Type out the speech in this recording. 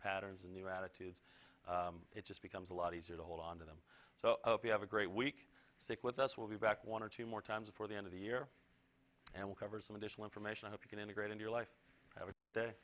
patterns and new attitudes it just becomes a lot easier to hold on to them so if you have a great week stick with us we'll be back one or two more times before the end of the year and we'll cover some additional information i hope you can integrate in your life